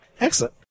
Excellent